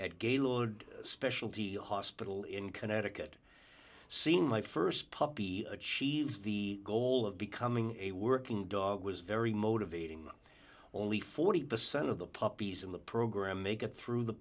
at gaylord specialty hospital in connecticut seeing my st puppy achieve the goal of becoming a working dog was very motivating only forty percent of the puppies in the program make it through the